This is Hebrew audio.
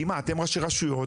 כי אתם ראשי רשויות,